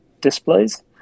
displays